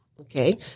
Okay